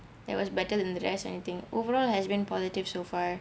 that was better than the rest anything overall has been positive so far